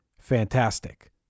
Fantastic